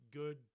good